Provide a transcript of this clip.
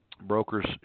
Brokers